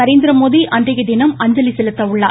நரேந்திரமோடி அன்றைய தினம் அஞ்சலி செலுத்த உள்ளார்